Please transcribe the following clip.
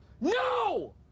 No